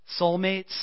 Soulmates